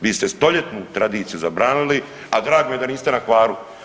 Vi ste stoljetnu tradiciju zabranili, a drago mi je da niste na Hvaru.